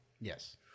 Yes